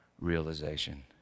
realization